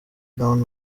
down